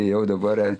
jau dabar